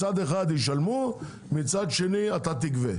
מצד אחד ישלמו, ומצד שני אתה תגבה.